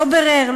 לא בירר,